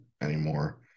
anymore